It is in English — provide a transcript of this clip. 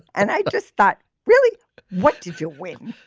and i just thought really what did you win